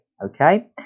Okay